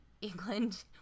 England